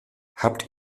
habt